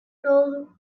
goes